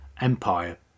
empire